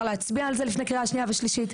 להצביע על זה לפני קריאה שנייה ושלישית.